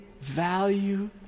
value